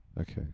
Okay